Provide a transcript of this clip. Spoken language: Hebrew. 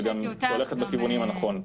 שגם הולכת בכיוון הנכון.